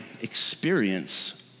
experience